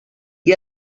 gli